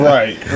Right